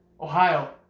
Ohio